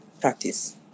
practice